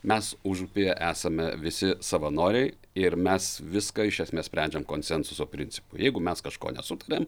mes užupyje esame visi savanoriai ir mes viską iš esmės sprendžiam konsensuso principu jeigu mes kažko nesutariam